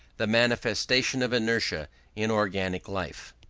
the manifestation of inertia in organic life.